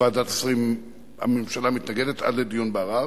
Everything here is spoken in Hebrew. ועדת השרים, הממשלה, מתנגדת עד לדיון בערר.